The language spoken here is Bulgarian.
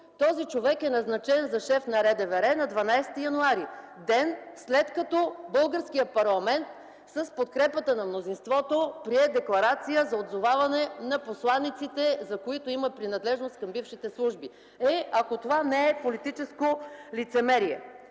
Този човек е назначен за шеф на РДВР на 12 януари т.г. – ден, след като българският парламент с подкрепата на мнозинството прие декларация за отзоваване на посланиците, които имат принадлежност към бившите служби. Е, ако и това не е политическо лицемерие